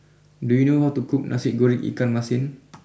do you know how to cook Nasi Goreng Ikan Masin